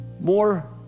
more